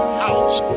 house